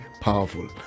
powerful